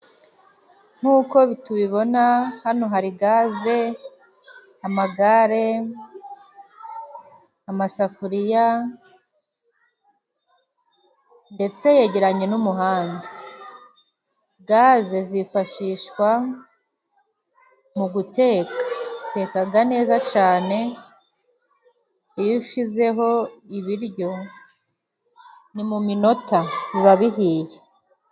Nkuko tubibona hano hari:gaze, amagare, amasafuriya ndetse yegeranye n'umuhanda. Gaze zifashishwa mu guteka, zitekaga neza cane iyo ushizeho ibiryo ni mu minota biba bihiye.